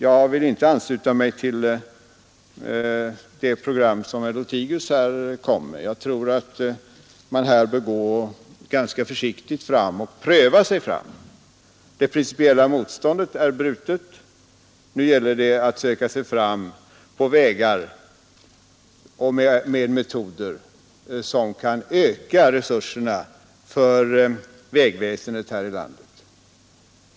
Jag vill inte ansluta mig till det program som herr Lothigius framlade. Jag tror att man här bör vara försiktig och pröva sig fram. Det principiella motståndet är brutet; nu gäller det att söka sig fram med metoder som kan öka resurserna för vägväsendet här i landet.